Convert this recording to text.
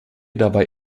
dabei